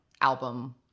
album